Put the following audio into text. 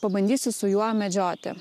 pabandysiu su juo medžioti